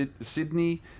Sydney